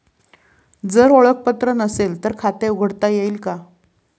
जर ओळखपत्र नसेल तर खाते उघडता येईल का?